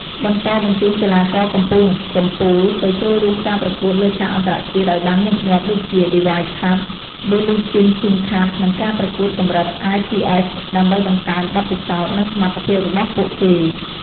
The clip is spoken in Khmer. បន្តបញ្ជូនកីឡាករកំពូលៗទៅចូលរួមការប្រកួតលើឆាកអន្តរជាតិឱ្យបានញឹកញាប់ដូចជា Davis Cup , Billie Jean King Cup និងការប្រកួតកម្រិត ITF ដើម្បីបង្កើនបទពិសោធន៍ និងសមត្ថភាពរបស់ពួកគេ។